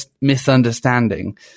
misunderstanding